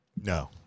No